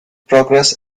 progress